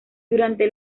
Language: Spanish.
durante